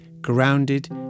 grounded